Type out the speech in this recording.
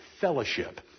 fellowship